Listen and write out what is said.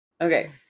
Okay